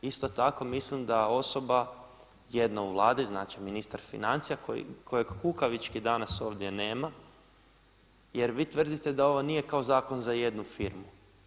Isto tako, mislim da osoba jedna u Vladi, znači ministar financija kojeg kukavički danas ovdje nema jer vi tvrdite da ovo nije kao zakon za jednu firmu.